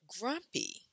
Grumpy